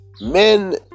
Men